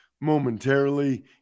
momentarily